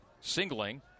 singling